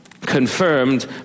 confirmed